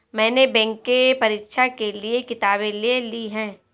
मैने बैंक के परीक्षा के लिऐ किताबें ले ली हैं